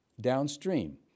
downstream